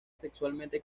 sexualmente